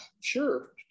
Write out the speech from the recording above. sure